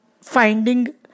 finding